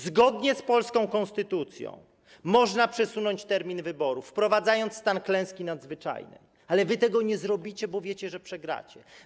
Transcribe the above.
Zgodnie z polską konstytucją można przesunąć termin wyborów, wprowadzając stan klęski nadzwyczajnej, ale wy tego nie zrobicie, bo wiecie, że przegracie.